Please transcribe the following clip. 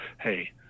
hey